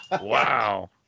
Wow